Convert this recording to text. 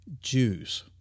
Jews